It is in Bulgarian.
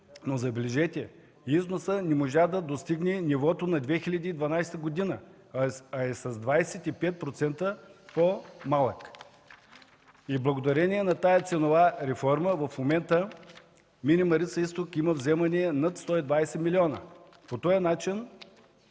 но забележете, износът не можа да достигне нивото на 2012 г., а е с 25% по-малък. Благодарение на тази ценова реформа в момента „Мини Марица изток” имат вземания над 120 милиона. По този начин